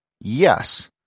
yes